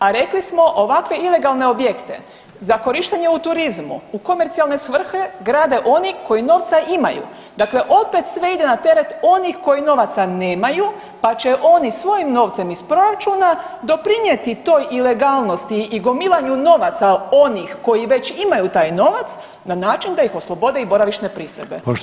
A rekli smo ovakve ilegalne objekte za korištenje u turizmu u komercionalne svrhe grade oni koji novca imaju, dakle opet sve ide na teret onih koji novaca nemaju, pa će oni svojim novcem iz proračuna doprinijeti toj ilegalnosti i gomilanju novaca onih koji već imaju taj novac na način da ih oslobode i boravišne pristojbe.